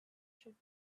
should